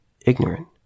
ignorant